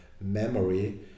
memory